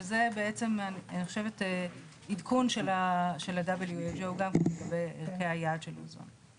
שזה בעצם אני חושבת עדכון של ה-WHO גם כן לגבי ערכי היעד של אוזון.